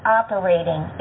operating